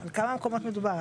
על כמה מקומות מדובר,